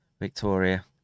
Victoria